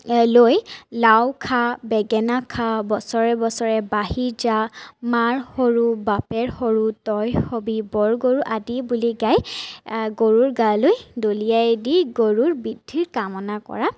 লৈ লাও খা বেঙেনা খা বছৰে বছৰে বাঢ়ি যা মাৰ সৰু বাপেৰে সৰু তই হ'বি বৰ গৰু আদি বুলি গাই গৰুৰ গালৈ দলিয়াই দি গৰুৰ বৃদ্ধিৰ কামনা কৰা